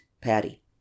Patty